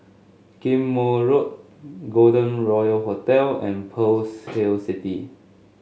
Ghim Moh Road Golden Royal Hotel and Pearl's Hill City